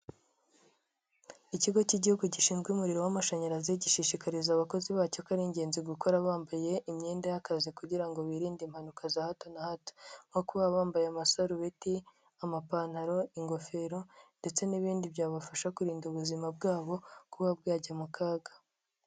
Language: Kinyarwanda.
Ikigo cy'Igihugu gishinzwe umuriro w'amashanyarazi, gishishikariza abakozi bacyo ko ari ingenzi gukora bambaye imyenda y'akazi kugira ngo birinde impanuka za hato na hato, nko kuba bambaye: amasarubeti, amapantaro, ingofero ndetse n'ibindi byabafasha kurinda ubuzima bwabo kuba bwajya mu kaga.